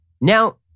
now